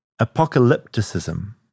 apocalypticism